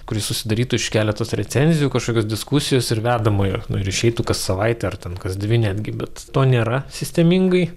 kuri susidarytų iš keletos recenzijų kažkokios diskusijos ir vedamojo na ir išeitų kas savaitę ar ten kas dvi netgi bet to nėra sistemingai